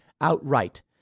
outright